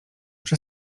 przy